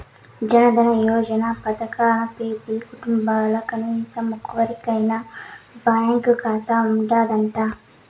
జనదన యోజన పదకంల పెతీ కుటుంబంల కనీసరం ఒక్కోరికైనా బాంకీ కాతా ఉండాదట